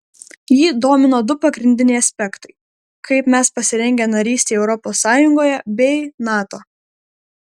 jį domino du pagrindiniai aspektai kaip mes pasirengę narystei europos sąjungoje bei nato